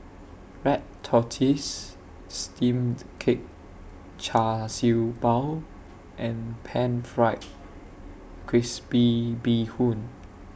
Red Tortoise Steamed Cake Char Siew Bao and Pan Fried Crispy Bee Hoon